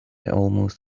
almost